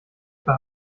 per